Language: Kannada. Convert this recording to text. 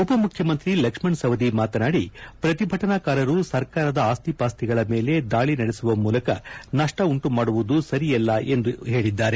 ಉಪ ಮುಖ್ಯಮಂತ್ರಿ ಲಕ್ಷ್ಮಣ್ ಸವದಿ ಮಾತನಾಡಿ ಪ್ರತಿಭಟನಾಕಾರರು ಸರ್ಕಾರದ ಆಸ್ತಿ ಪಾಸ್ತಿಗಳ ಮೇಲೆ ದಾಳಿ ನಡೆಸುವ ಮೂಲಕ ನಷ್ಟ ಉಂಟು ಮಾಡುವುದು ಸರಿಯಲ್ಲ ಎಂದು ಹೇಳಿದರು